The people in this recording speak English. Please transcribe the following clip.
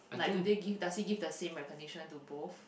like do they give does he give the same recognition to both